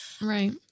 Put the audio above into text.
Right